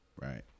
right